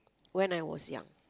when I was young